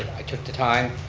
i took the time,